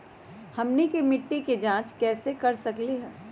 हमनी के मिट्टी के जाँच कैसे कर सकीले है?